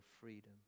freedom